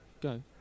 go